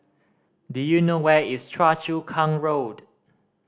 do you know where is Choa Chu Kang Road